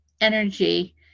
energy